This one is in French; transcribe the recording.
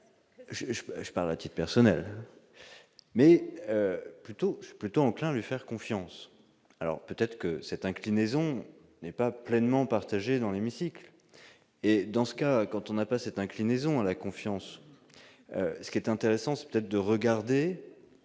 je parle a-t-il personnel mais plutôt plutôt enclin à lui faire confiance, alors peut-être que cette inclinaison n'est pas pleinement partagée dans l'hémicycle et dans ce cas, quand on n'a pas cette inclinaison à la confiance, ce qui est intéressant c'est peut-être de regarder